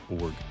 org